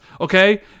Okay